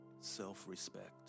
self-respect